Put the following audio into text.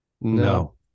No